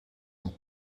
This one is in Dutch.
een